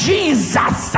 Jesus